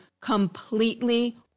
completely